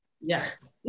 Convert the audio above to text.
Yes